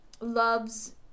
loves